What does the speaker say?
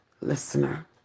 listener